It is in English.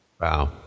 Wow